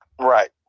Right